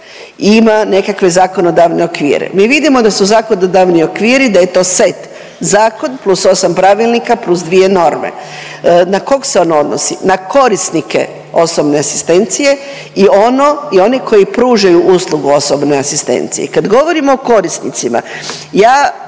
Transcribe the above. ima nekakve zakonodavne okvire. Mi vidimo da su zakonodavni okviri, da je to set zakon plus osam pravilnika plus dvije norme. Na kog se on odnosi? Na korisnike osobne asistencije i oni koji pružaju uslugu osobne asistencije. I kad govorimo o korisnicima ja